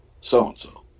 so-and-so